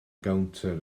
gownter